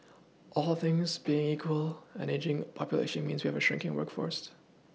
all things being equal an ageing population means that we have a shirking workforce